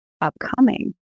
upcoming